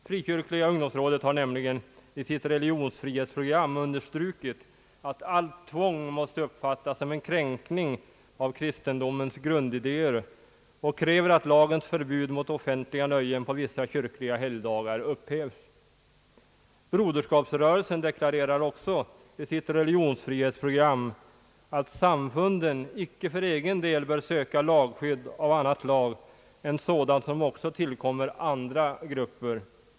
Frikyrkliga ungdomsrådet har nämligen i sitt religionsfrihetsprogram understrukit, att allt tvång måste uppfattas som en kränkning av kristendomens grundidéer, och kräver att lagens förbud mot offentliga nöjen på vissa kyrkliga helgdagar upphävs. Broderskapsrörelsen deklarerar också i sitt religionsfrihetsprogram, att samfunden icke för egen del bör söka lagskydd av annat slag än sådant som också tillkommer andra grupper.